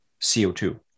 CO2